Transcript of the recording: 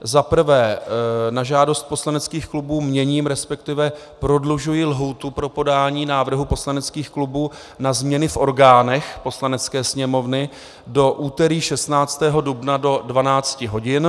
Za prvé na žádost poslaneckých klubů měním, resp. prodlužuji lhůtu pro podání návrhů poslaneckých klubů na změny v orgánech Poslanecké sněmovny do úterý 16. dubna do 12 hodin.